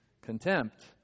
contempt